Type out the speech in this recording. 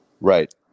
Right